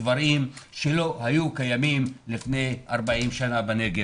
דברים שלא היו קיימים לפני 40 שנה בנגב.